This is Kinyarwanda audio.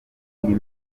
iyi